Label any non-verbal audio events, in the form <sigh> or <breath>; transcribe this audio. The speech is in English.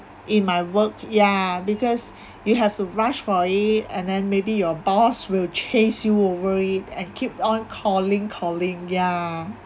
in my work ya because <breath> you have to rush for it and then maybe your boss will chase you over it and keep on calling calling yeah